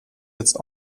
jetzt